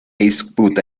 disputa